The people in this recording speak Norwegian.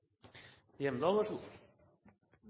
andrespråk – så god